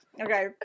Okay